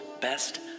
best